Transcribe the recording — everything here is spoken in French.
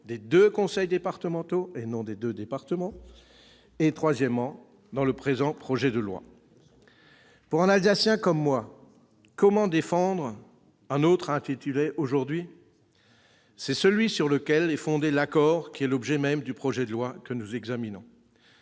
des deux conseils départementaux, et non des deux départements -et dans le présent projet de loi. Pour un Alsacien comme moi, comment défendre un autre intitulé aujourd'hui ? C'est celui sur lequel est fondé l'accord qui est l'objet même du projet de loi que nous examinons.